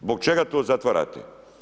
Zbog čega to zatvarate?